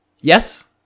yes